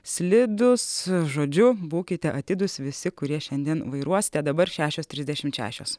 slidūs žodžiu būkite atidūs visi kurie šiandien vairuosite dabar šešioš trisdešimt šešios